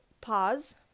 pause